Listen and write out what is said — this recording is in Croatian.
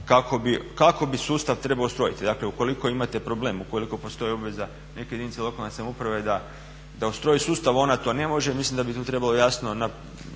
kako bi sustav trebao ustrojiti. Dakle, ukoliko imat problem, ukoliko postoji obaveza neke jedince lokalne samouprave da ustroji sustava ona to ne može, mislim da bi tu trebalo jasno posložiti